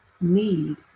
need